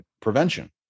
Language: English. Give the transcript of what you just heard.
prevention